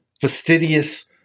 fastidious